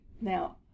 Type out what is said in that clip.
Now